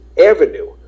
avenue